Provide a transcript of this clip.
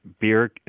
beer